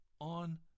on